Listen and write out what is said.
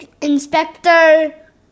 Inspector